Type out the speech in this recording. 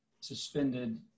suspended